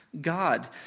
God